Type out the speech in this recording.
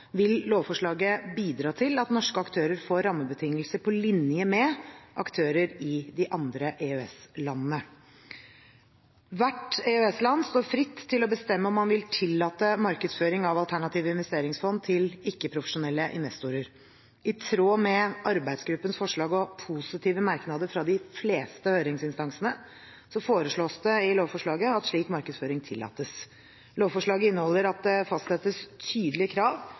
vil lovforslaget bidra til at norske aktører får rammebetingelser på linje med aktører i de andre EØS-landene. Hvert EØS-land står fritt til å bestemme om man vil tillate markedsføring av alternative investeringsfond til ikke-profesjonelle investorer. I tråd med arbeidsgruppens forslag og positive merknader fra de fleste høringsinstansene foreslås det i lovforslaget at slik markedsføring tillates. I lovforslaget fastsettes det tydelige krav